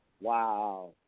Wow